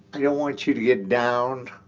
i don't want you to get down